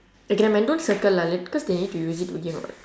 okay nevermind ya don't circle lah late~ cause they need to use it again [what]